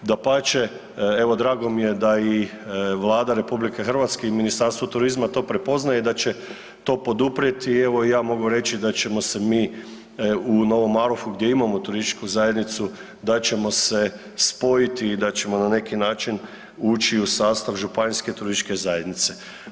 Dapače, evo drago mi je da i Vlada RH i Ministarstvo turizma to prepoznaje i da će to poduprijeti i evo i ja mogu reći da ćemo se mi u Novom Marofu gdje imamo turističku zajednicu, da ćemo se spojiti i da ćemo na neki način ući u sastav županijske turističke zajednice.